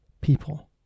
people